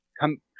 come